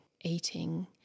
eating